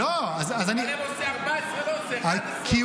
לא, אז אני --- 14 לא עושה, 11 עושה.